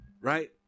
right